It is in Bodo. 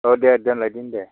ओ दे दोनलायदिनि दे